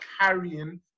carrying